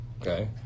okay